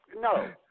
No